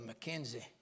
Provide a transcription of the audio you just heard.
McKenzie